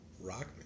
rock